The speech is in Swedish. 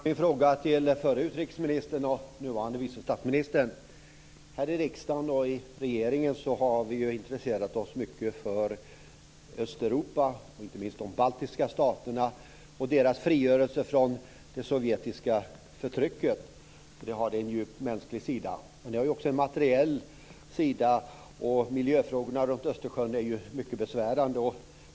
Herr talman! Jag vill ställa min fråga till förra utrikesministern och nuvarande vice statsministern. Här i riksdagen och i regeringen har vi intresserat oss mycket för Östeuropa och inte minst de baltiska staterna och deras frigörelse från det sovjetiska förtrycket. Det har en djupt mänsklig sida. Det har också en materiell sida. Miljöfrågorna kring Östersjön är mycket besvärande.